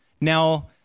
Now